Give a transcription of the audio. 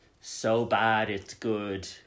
so-bad-it's-good